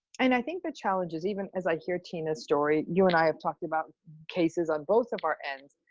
and i think the challenge is, even as i hear tina's story, you and i have talked about cases on both of our ends,